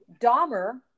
Dahmer